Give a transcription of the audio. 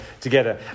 together